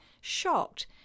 shocked